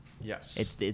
Yes